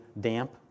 damp